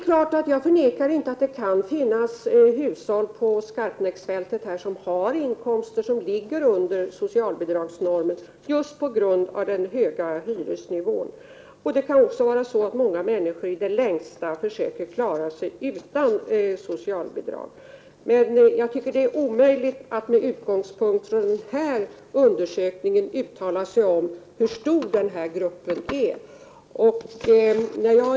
Självfallet förnekar jag inte att det kan finnas hushåll på Skarpnäcksfältet som har inkomster som understiger socialbidragsnormen just på grund av den höga hyresnivån. Vidare kan det vara så, att många människor i det längsta försöker klara sig utan socialbidrag. Det är enligt min mening omöjligt att med utgångspunkt i denna undersökning uttala sig om hur stor den aktuella gruppen är.